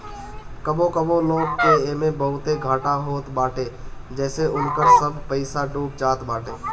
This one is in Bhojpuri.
कबो कबो लोग के एमे बहुते घाटा होत बाटे जेसे उनकर सब पईसा डूब जात बाटे